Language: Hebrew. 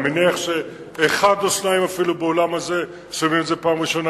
אני מניח שאחד או שניים אפילו באולם הזה שומעים את זה בפעם הראשונה,